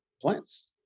plants